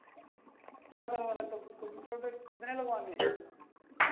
क्या करवा रहे थे कम्प्यूटर पे कितने लगवाने हैं